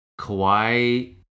Kawhi